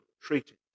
treated